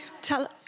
Tell